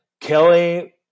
Kelly